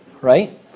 right